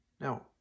Now